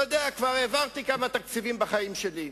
לא יודע, כבר העברתי כמה תקציבים בחיים שלי.